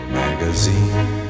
magazine